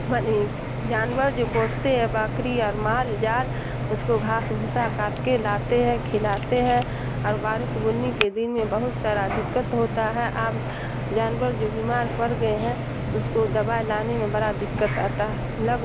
جانور جو پوستے ہیں بکری اور مال جال اس کو گھاس بھسا کاٹ کے لاتے ہیں کھلاتے ہیں اور بارش بنی کے دن میں بہت سارا دقت ہوتا ہے اب جانور جو بیمار پڑ گئے ہیں اس کو دوا لانے میں بڑا دقت آتا ہے لگ